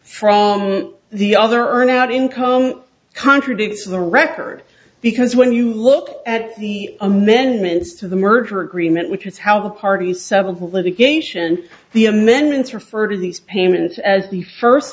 from the other earn our income contradicts the record because when you look at the amendments to the merger agreement which is how the parties seven who litigation the amendments refer to these payments as the first